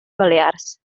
balears